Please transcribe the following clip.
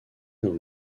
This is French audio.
dans